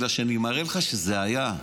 בגלל שאני מראה לך שזה היה.